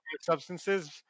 substances